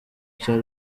cya